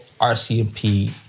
RCMP